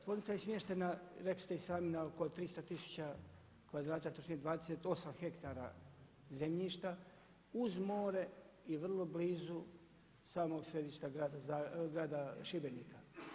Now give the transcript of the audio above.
Tvornica je smještena, rekli ste i sami na oko 300 tisuća kvadrata, točnije 28 hektara zemljišta, uz more i vrlo blizu samog središta grada Šibenika.